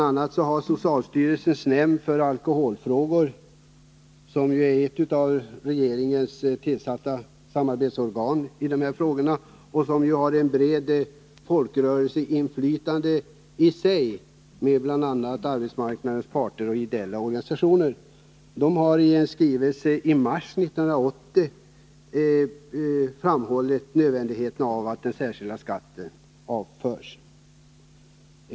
a. har socialstyrelsens nämnd för alkoholfrågor, som ju är ett av regeringen tillsatt samarbetsorgan i dessa frågor, som har ett brett folkrörelseinflytande och där även arbetsmarknadens parter är representerade, i en skrivelse i mars 1980 framhållit nödvändigheten av att den särskilda skatten avförs.